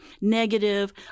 negative